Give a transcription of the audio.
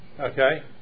Okay